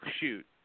Shoot